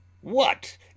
What